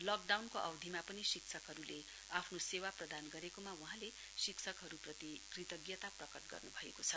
लकडाउनको अवधिमा पनि शिक्षकहरूले आफ्नो सेवा प्रदान गरेकोमा वहाँले शिक्षहरूप्रति कृतज्ञता गर्नु भएको छ